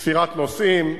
ספירת נוסעים,